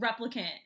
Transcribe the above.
Replicant